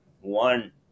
one